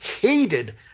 hated